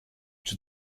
czy